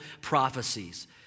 prophecies